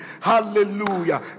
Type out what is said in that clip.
hallelujah